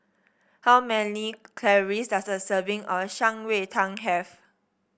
how many calories does a serving of Shan Rui Tang have